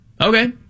Okay